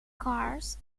cars